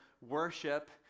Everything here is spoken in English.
worship